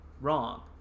wrong